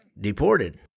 deported